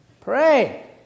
Pray